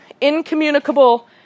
incommunicable